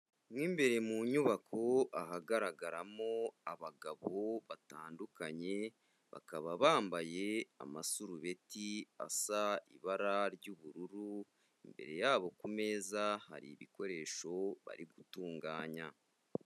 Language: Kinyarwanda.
Mo imbere mu nyubako ahagaragaramo abagabo batandukanye, bakaba bambaye amasurubeti asa ibara ry'ubururu, imbere yabo ku meza hari ibikoresho bari gutunganya.